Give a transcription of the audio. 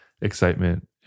excitement